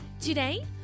Today